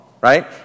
right